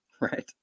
right